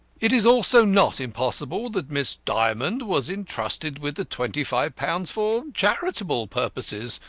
it is also not impossible that miss dymond was entrusted with the twenty five pounds for charitable purposes.